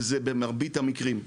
וזה במרבית המקרים,